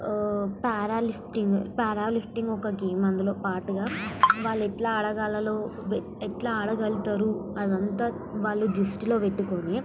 para lifting para lifting ఒక game అందులో పార్టుగా వాళ్ళు ఎట్లా అడగాల్లలో ఎట్లా ఆడగలుగుతారు అదంతా వాళ్ళు దృష్టిలో పెట్టుకొని